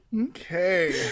Okay